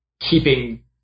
keeping